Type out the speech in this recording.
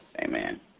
Amen